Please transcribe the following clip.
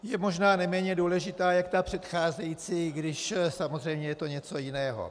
Je možná neméně důležitá jak ta předcházející, i když samozřejmě je to něco jiného.